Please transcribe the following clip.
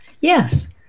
Yes